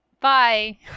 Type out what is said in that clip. Bye